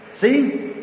See